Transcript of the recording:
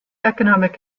economic